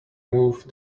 move